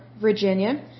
Virginia